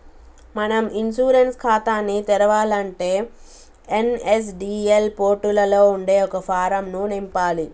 మనం ఇన్సూరెన్స్ ఖాతాని తెరవాలంటే ఎన్.ఎస్.డి.ఎల్ పోర్టులలో ఉండే ఒక ఫారం ను నింపాలి